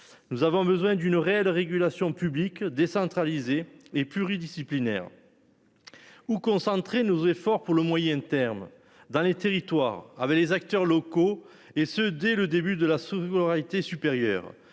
Nous avons besoin d'une réelle régulation publique décentralisée et pluridisciplinaire. Où concentrer nos efforts pour le moyen terme dans les territoires avec les acteurs locaux et ce dès le début de la semaine aura été supérieur